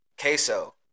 queso